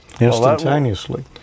Instantaneously